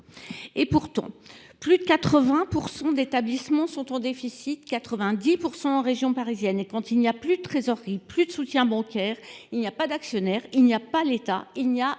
? Pourtant, plus de 80 % de ces établissements sont en déficit – un taux qui atteint 90 % en région parisienne. Et quand il n’y a plus de trésorerie, plus de soutien bancaire, il n’y a pas d’actionnaire, il n’y a pas l’État, il n’y a